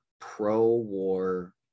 pro-war